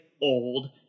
old